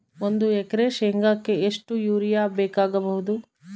ಒಂದು ಎಕರೆ ಶೆಂಗಕ್ಕೆ ಎಷ್ಟು ಯೂರಿಯಾ ಬೇಕಾಗಬಹುದು?